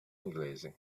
inglesi